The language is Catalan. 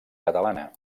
catalana